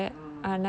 ah